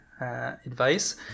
advice